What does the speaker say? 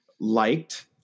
liked